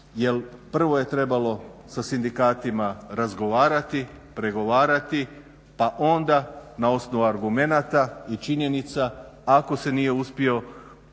prvo je trebalo sa sindikatima razgovarati, pregovarati, pa onda na osnovu argumenata i činjenica ako se nije uspio